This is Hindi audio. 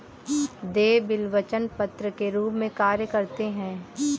देय बिल वचन पत्र के रूप में कार्य करते हैं